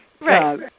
Right